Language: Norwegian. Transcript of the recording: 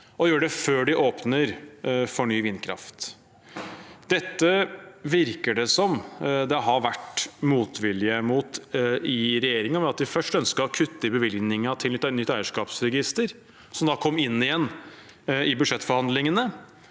og gjøre det før de åpner for ny vindkraft. Dette virker det som det har vært motvilje mot i regjeringen, ved at de først ønsket å kutte i bevilgningen til nytt eierskapsregister, som da kom inn igjen i budsjettforhandlingene.